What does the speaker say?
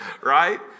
right